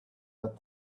that